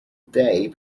day